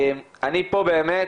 אני פה באמת